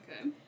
Okay